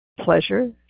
pleasure